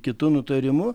kitu nutarimu